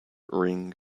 ring